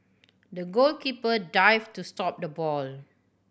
the goalkeeper dived to stop the ball